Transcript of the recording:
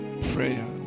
prayer